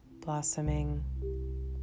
Blossoming